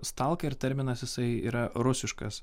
stalk ir terminas jisai yra rusiškas